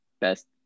best